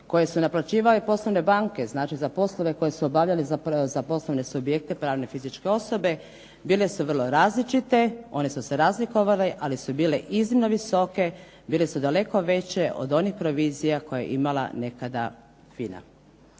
koje su naplaćivale poslovne banke znači za poslove koje su obavljale za poslovne subjekte, pravne i fizičke osobe, bile su vrlo različite, one su se razlikovale, ali su bile iznimno visoke, bile su daleko veće od onih provizija koje je imala nekada FINA.